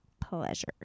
pleasure